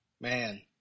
man